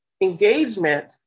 engagement